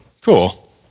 Cool